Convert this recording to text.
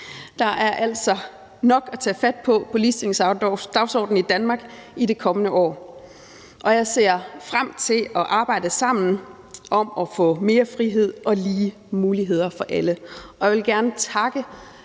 Der er altså nok at tage fat på på ligestillingsdagsordenen i Danmark i det kommende år, og jeg ser frem til at arbejde sammen om at få mere frihed og lige muligheder for alle. Jeg vil gerne takke